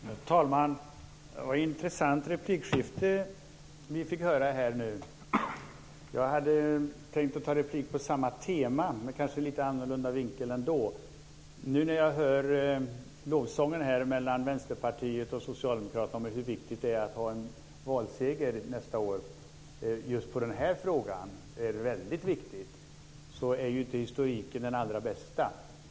Herr talman! Det var ett intressant replikskifte vi nu fick höra här. Jag hade tänkt att ta replik på samma tema men med kanske lite annorlunda vinkel. Jag hör nu lovsången här mellan Vänsterpartiet och Socialdemokraterna om hur viktigt det är att ha en valseger nästa år och att det just för den här frågan är väldigt viktigt. Historiken är inte den allra bästa.